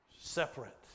separate